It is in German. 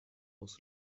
aus